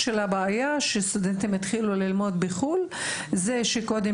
סטודנטים התחילו ללמוד בחו"ל כי קודם